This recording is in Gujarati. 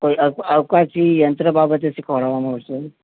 કોઈ કોઈ અવકાશી યંત્ર બાબતે શીખવાડવામાં આવશે